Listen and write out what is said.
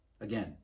Again